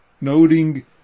Noting